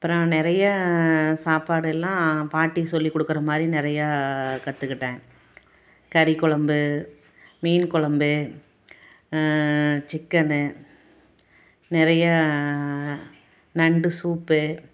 அப்புறோம் நிறைய சாப்பாடு எல்லாம் பாட்டி சொல்லிக்கொடுக்குற மாதிரி நிறையா கற்றுக்கிட்டேன் கறிக்கொழம்பு மீன் கொழம்பு சிக்கனு நிறையா நண்டு சூப்பு